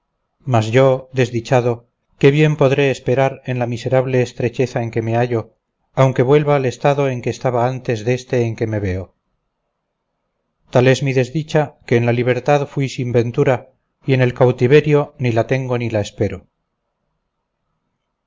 mas yo desdichado qué bien podré esperar en la miserable estrecheza en que me hallo aunque vuelva al estado en que estaba antes deste en que me veo tal es mi desdicha que en la libertad fui sin ventura y en el cautiverio ni la tengo ni la espero